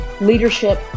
leadership